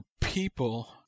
people